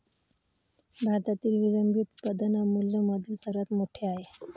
भारतातील विलंबित उत्पादन अमूलमधील सर्वात मोठे आहे